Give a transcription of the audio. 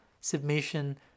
submission